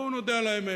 בואו נודה על האמת,